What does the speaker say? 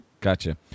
Gotcha